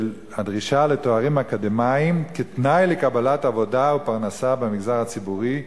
של הדרישה לתארים אקדמיים כתנאי לקבלת עבודה או פרנסה במגזר הציבורי,